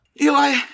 Eli